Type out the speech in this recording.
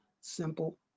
simple